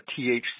THC